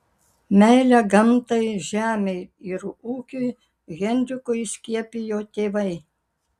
meilę gamtai žemei ir ūkiui henrikui įskiepijo tėvai